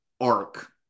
arc